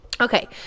Okay